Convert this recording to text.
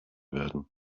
werden